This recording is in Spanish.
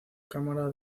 cámara